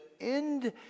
end